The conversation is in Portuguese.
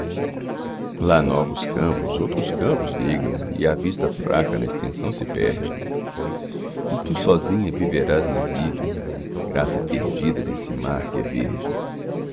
lá novos campos outros campos ligam e a vista fraca na extensão se perde e tu sozinha viverás no exílio garça perdida nesse mar que é verde